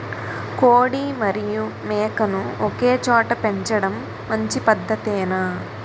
కోడి మరియు మేక ను ఒకేచోట పెంచడం మంచి పద్ధతేనా?